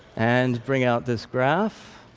and bring out this graph.